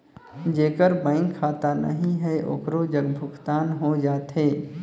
जेकर बैंक खाता नहीं है ओकरो जग भुगतान हो जाथे?